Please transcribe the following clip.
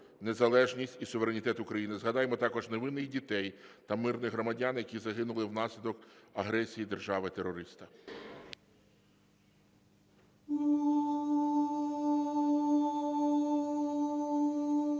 незалежність і суверенітет України. Згадаймо також невинних дітей та мирних громадян, які загинули внаслідок агресії держави-терориста.